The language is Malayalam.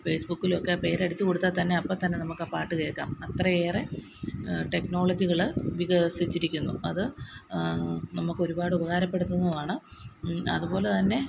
ഫേസ് ബുക്കിലൊക്കെ ആ പേരടിച്ചു കൊടുത്താല് തന്നെ അപ്പം തന്നെ നമുക്ക് ആ പാട്ട് കേൾക്കാം അത്രയേറെ ടെക്നോളജികൾ വികസിച്ചിരിക്കുന്നു അത് നമുക്ക് ഒരുപാട് ഉപകാരപ്പെടുത്തുന്നതും ആണ് അതുപോലെ തന്നെ